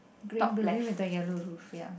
green blue then with the yellow raffia